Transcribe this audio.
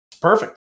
Perfect